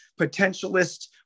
Potentialist